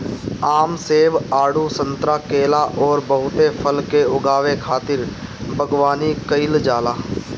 आम, सेब, आडू, संतरा, केला अउरी बहुते फल के उगावे खातिर बगवानी कईल जाला